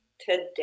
today